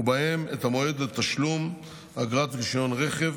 ובהם את המועד לתשלום אגרת רישיון הרכב,